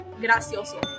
Gracioso